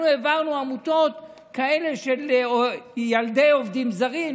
אנחנו העברנו עמותות כאלה של ילדי עובדים זרים,